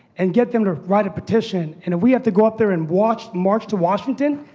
and get them to write a petition. and if we have to go up there and watch, march to washington,